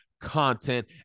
content